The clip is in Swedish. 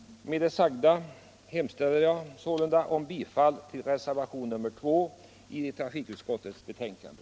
Med det sagda hemställer jag sålunda om bifall till reservationen 2 i trafikutskottets betänkande.